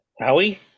Howie